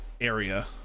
area